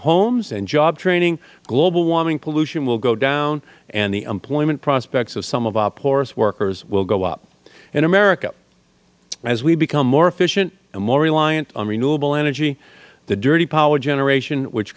homes and job training global warming pollution will go down and the employment prospects of some of our poorest workers will go up in america as we become more efficient and more reliant on renewable energy the dirty power generation which